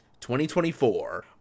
2024